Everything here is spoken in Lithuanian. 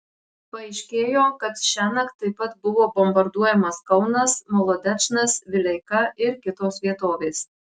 paaiškėjo kad šiąnakt taip pat buvo bombarduojamas kaunas molodečnas vileika ir kitos vietovės